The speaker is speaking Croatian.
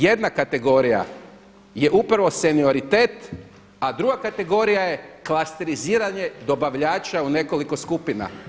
Jedna kategorija je upravo senioritet, a druga kategorija je klasteriziranje dobavljača u nekoliko skupina.